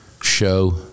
Show